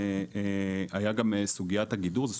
הייתה גם את סוגיית הגידור של המתקן עצמו,